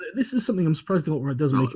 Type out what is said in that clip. this is something i'm surprised the alt-right doesn't